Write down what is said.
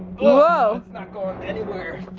whoa. that's not going anywhere.